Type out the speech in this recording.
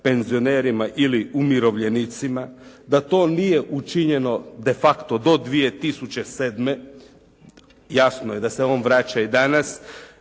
penzionerima ili umirovljenicima, da to nije učinjeno de facto do 2007. Jasno je da se on vraća i danas.